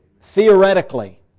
theoretically